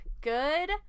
Good